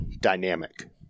dynamic